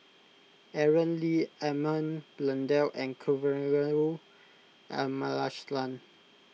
Aaron Lee Edmund Blundell and Kavignareru Amallathasan